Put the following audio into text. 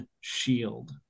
shield